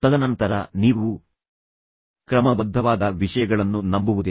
ತದನಂತರ ನೀವು ಕ್ರಮಬದ್ಧವಾದ ವಿಷಯಗಳನ್ನು ನಂಬುವುದಿಲ್ಲ